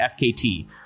FKT